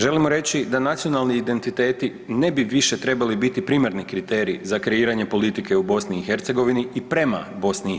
Želimo reći da nacionalni identiteti ne bi više trebali biti primarni kriterij za kreiranje politike u BiH i prema BiH.